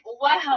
Wow